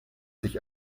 sich